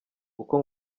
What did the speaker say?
kuko